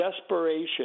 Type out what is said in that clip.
desperation